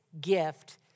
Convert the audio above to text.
gift